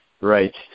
Right